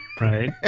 Right